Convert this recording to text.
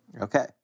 Okay